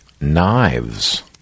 knives